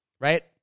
right